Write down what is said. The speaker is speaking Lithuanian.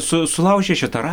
su sulaužė šitą ra